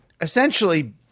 essentially